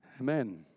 Amen